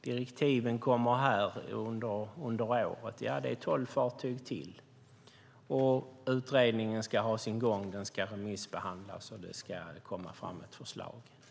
Direktiven kommer under året - ja, det är tolv fartyg till! Utredningen ska ha sin gång, den ska remissbehandlas och det ska komma fram ett förslag.